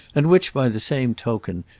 and which, by the same token,